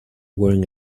wearing